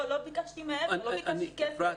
לא ביקשתי כסף,